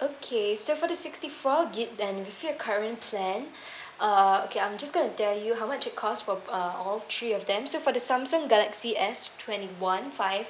okay so for the sixty four gig then with your current plan uh okay I'm just gonna tell you how much it cost for uh all three of them so for the samsung galaxy S twenty one five